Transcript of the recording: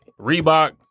Reebok